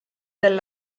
del